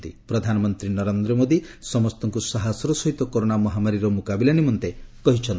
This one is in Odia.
ଏହି ଅବସରରେ ପ୍ରଧାନମନ୍ତ୍ରୀ ନରେନ୍ଦ୍ର ମୋଦୀ ସମସ୍ତଙ୍କୁ ସାହସର ସହିତ କରୋନା ମହାମାରୀର ମୁକାବିଲା ନିମନ୍ତେ କହିଛନ୍ତି